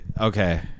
okay